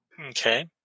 Okay